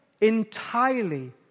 entirely